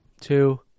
two